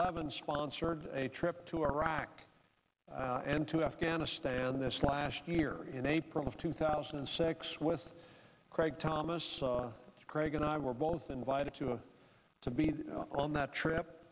levin sponsored a trip to iraq and into afghanistan this last year in april of two thousand and six with craig thomas craig and i were both invited to a to be on that trip